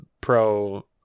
pro